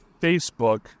Facebook